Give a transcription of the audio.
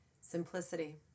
Simplicity